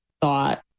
thought